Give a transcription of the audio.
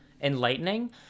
enlightening